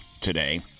today